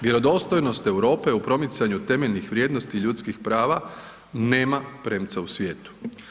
Vjerodostojnost Europe u promicanju temeljnih vrijednosti ljudskih prava nema premca u svijetu.